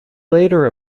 later